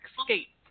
escape